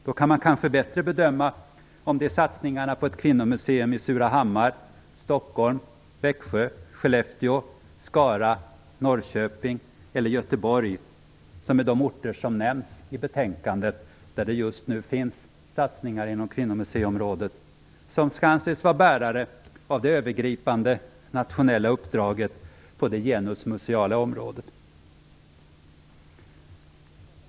Då kan man kanske bättre bedöma om det är ett kvinnomuseum i Norrköping eller Göteborg - det är de orter där det enligt vad som sägs i betänkandet just nu finns satsningar på kvinnomuseiområdet - som skall få bli bärare av det övergripande, nationella uppdraget på det genusmuseala området.